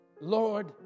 Lord